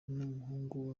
n’umuhungu